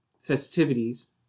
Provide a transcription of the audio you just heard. festivities